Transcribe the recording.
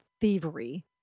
thievery